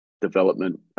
development